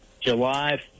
July